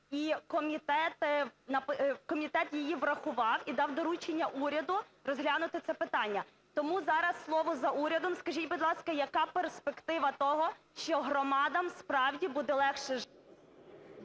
І комітет її врахував і дав доручення уряду розглянути це питання. Тому зараз слово за урядом. Скажіть, будь ласка, яка перспектива того, що громадам справді буде легше…